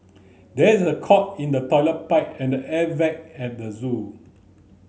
there is a clog in the toilet pipe and the air vent at the zoo